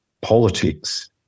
politics